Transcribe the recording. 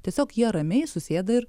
tiesiog jie ramiai susėda ir